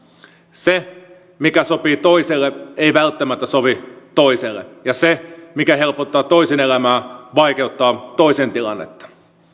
se mikä sopii toiselle ei välttämättä sovi toiselle ja se mikä helpottaa toisen elämää vaikeuttaa toisen tilannetta